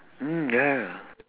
mm ya